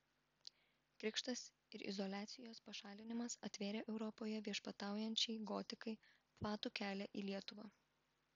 krikštas ir izoliacijos pašalinimas atvėrė europoje viešpataujančiai gotikai platų kelią į lietuvą